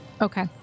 Okay